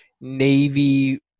navy